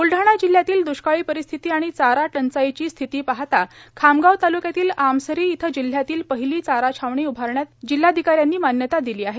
ब्लढाणा जिल्ह्यातील दुष्काळी परिस्थिती आणि चारा टंचाईची स्थिती पाहता खामगाव तालुक्यातील आमसरी इथं जिल्ह्यातील पहिली चारा छावणी उभारण्यास जिल्हाधिकारी यांनी मान्यता दिली आहे